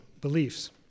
beliefs